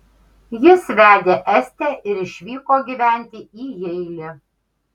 jis vedė estę ir išvyko gyventi į jeilį